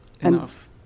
enough